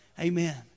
Amen